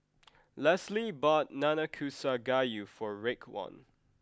Leslee bought Nanakusa Gayu for Raekwon